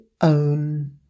own